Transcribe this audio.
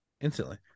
Instantly